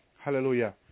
Hallelujah